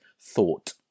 thought